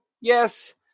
Yes